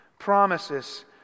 Promises